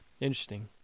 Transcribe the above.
interesting